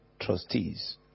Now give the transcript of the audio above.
Trustees